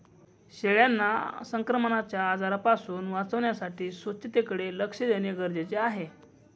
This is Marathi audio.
शेळ्यांना संक्रमणाच्या आजारांपासून वाचवण्यासाठी स्वच्छतेकडे लक्ष देणे गरजेचे आहे